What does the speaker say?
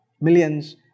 millions